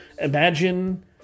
imagine